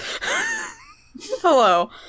hello